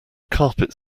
carpet